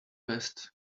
best